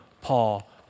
Paul